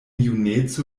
juneco